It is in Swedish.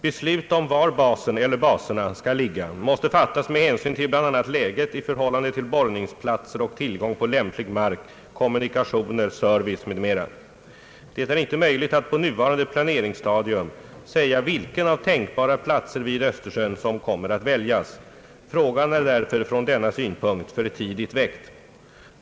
Beslut om var basen eller baserna skall ligga måste fattas med hänsyn till bl.a. läget i förhållande till borrningsplatser och tillgång på lämplig mark, kommunikationer, service m.m. Det är inte möjligt att på nuvarande planeringsstadium säga vilken av tänkbara platser vid Östersjön som kommer att väljas. Frågan är därför från denna synpunkt för tidigt väckt.